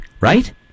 right